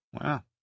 Wow